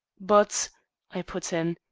but i put in.